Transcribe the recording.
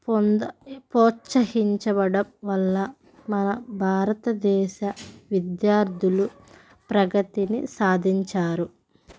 పొంద ప్రోత్సహించబడడం వల్ల మన భారతదేశ విద్యార్థులు ప్రగతిని సాధించారు